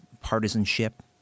partisanship